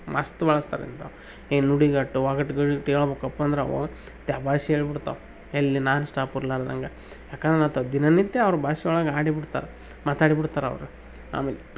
ಮಸ್ತ್ ಬಳಸ್ತಾರೀ ಇಂಥಾವ್ ಈ ನುಡಿಗಟ್ಟು ಒಗಟುಗಳು ಕೇಳಬೇಕಪ್ಪ ಅಂದ್ರೆ ಅವ ದಬಾಯಿಸಿ ಹೇಳ್ಬಿಡ್ತಾವ್ ಎಲ್ಲಿ ನಾನ್ ಸ್ಟಾಪ್ ಕೊರ್ಲ್ಲಾದಂಗ ಏಕಂದ್ರೆ ನಾವು ತಬ್ ದಿನ ನಿತ್ಯ ಅವ್ರ ಭಾಷಿ ಒಳಗೆ ಆಡಿ ಬಿಡ್ತಾರ್ ಮಾತಾಡಿ ಬಿಡ್ತಾರ್ ಅವ್ರು ಆಮೇಗೆ